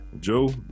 Joe